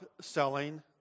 selling